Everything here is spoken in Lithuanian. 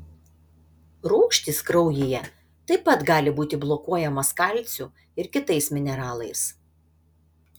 rūgštys kraujyje taip pat gali būti blokuojamos kalciu ir kitais mineralais